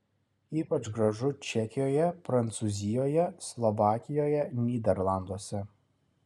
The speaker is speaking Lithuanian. ypač gražu čekijoje prancūzijoje slovakijoje nyderlanduose